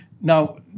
Now